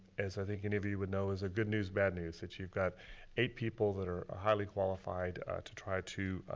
as i think any of you would know, is a good news, bad news, that you've got eight people that are highly qualified to try to